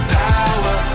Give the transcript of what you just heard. power